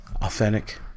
authentic